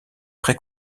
pré